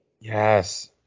Yes